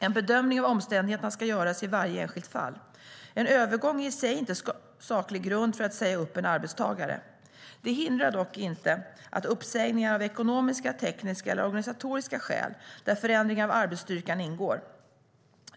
En bedömning av omständigheterna ska göras i varje enskilt fall. En övergång är i sig inte saklig grund för att säga upp en arbetstagare. Det hindrar dock inte uppsägningar av ekonomiska, tekniska eller organisatoriska skäl, där förändringar av arbetsstyrkan ingår.